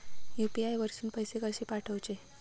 UPI वरसून पैसे कसे पाठवचे?